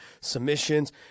submissions